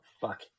Fuck